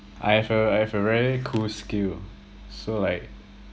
I have a I have a very cool skill so like